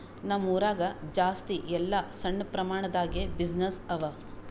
ನಮ್ ಊರಾಗ ಜಾಸ್ತಿ ಎಲ್ಲಾ ಸಣ್ಣ ಪ್ರಮಾಣ ದಾಗೆ ಬಿಸಿನ್ನೆಸ್ಸೇ ಅವಾ